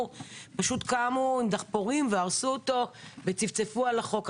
הם פשוט קמו עם דחפורים והרסו אותו וצפצפו על החוק.